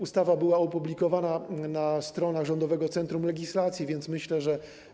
Ustawa była opublikowana na stronach Rządowego Centrum Legislacji, więc myślę, że.